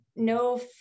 no